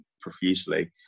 profusely